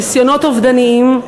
ניסיונות אובדניים,